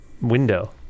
window